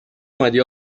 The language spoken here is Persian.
اومدی